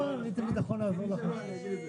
את הדיון ונאפשר לחברי הכנסת לדבר.